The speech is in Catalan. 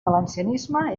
valencianisme